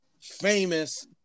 famous